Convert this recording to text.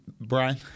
Brian